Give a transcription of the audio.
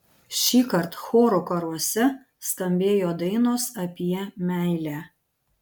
šįkart chorų karuose skambėjo dainos apie meilę